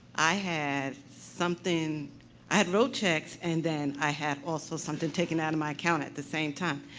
i had something i had wrote checks, and then i had, also, something taken out of my account at the same time.